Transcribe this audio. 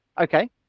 Okay